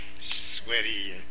Sweaty